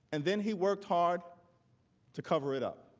and then he worked hard to cover it up.